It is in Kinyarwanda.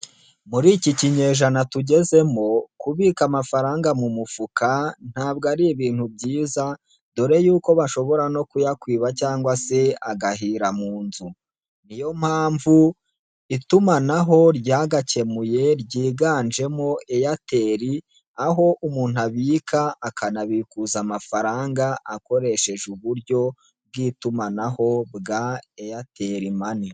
Muri iki kinyejana tugezemo kubika amafaranga mu mufuka ntabwo ari ibintu byiza, dore yuko bashobora no kuyakwiba cyangwa se agahira mu nzu. Niyo mpamvu itumanaho ryagakemuye ryiganjemo airtel, aho umuntu abika akanabikuza amafaranga akoresheje uburyo bw'itumanaho bwa airtel money.